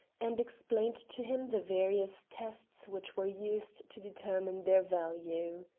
and explained to him the various tests which were used to determine their value.